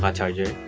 yeah charger